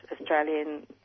Australian